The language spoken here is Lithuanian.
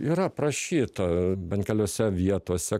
yra aprašyta bent keliose vietose